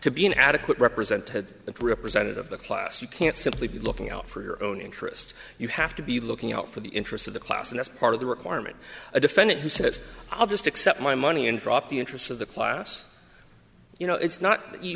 to be an adequate represented at representative the class you can't simply be looking out for your own interests you have to be looking out for the interests of the class and that's part of the requirement a defendant who says i'll just accept my money and drop the interests of the class you know it's not